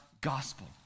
gospel